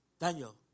Daniel